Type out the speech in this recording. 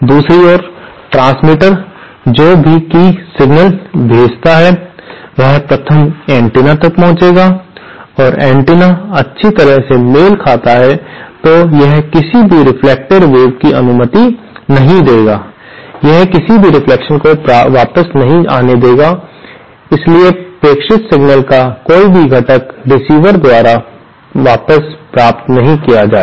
दूसरी ओर ट्रांसमीटर जो भी सिग्नल भेजता है वह प्रथम एंटीना तक पहुंच जाएगा और अगर एंटीना अच्छी तरह से मेल खाता है तो यह किसी भी रेफ्लेक्टेड वेव की अनुमति नहीं देगा यह किसी भी रिफ्लेक्शन को वापस नहीं आने देगा इसलिए प्रेषित सिग्नल का कोई घटक रिसीवर द्वारा वापस प्राप्त नहीं किया जाएगा